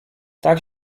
tak